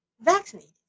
vaccinated